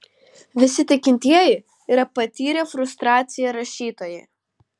visi tikintieji yra patyrę frustraciją rašytojai